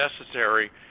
necessary